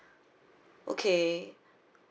okay